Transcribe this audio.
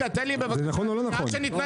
זה נכון או לא נכון?